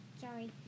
sorry